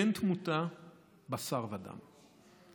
בן תמותה בשר ודם.